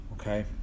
Okay